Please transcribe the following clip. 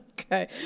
Okay